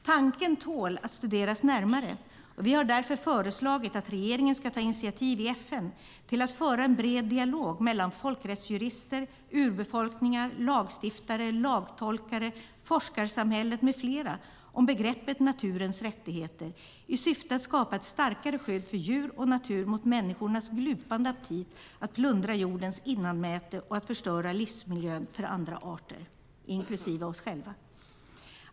Tanken tål att studeras närmare, och vi har därför föreslagit att regeringen ska ta initiativ i FN till att föra en bred dialog mellan folkrättsjurister, urbefolkningar, lagstiftare, lagtolkare, forskarsamhället med flera om begreppet naturens rättigheter i syfte att skapa ett starkare skydd för djur och natur mot människornas glupande aptit att plundra jordens innanmäte och att förstöra livsmiljön för alla arter, inklusive oss själva.